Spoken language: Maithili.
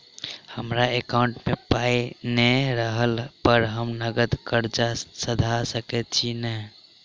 हमरा एकाउंट मे पाई नै रहला पर हम नगद कर्जा सधा सकैत छी नै?